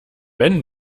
wenn